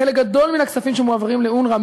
חלק גדול מן הכספים שמועברים לאונר"א,